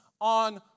on